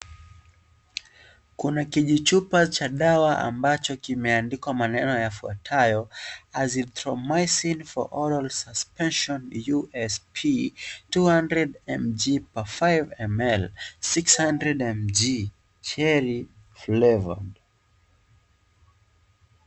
Kuna kiji chupa cha dawa ambacho kimeandikwa maneno yafuatayo Azithromycin for oral suspension USP 200 mg per 500 ml 600 mg cheri flavor .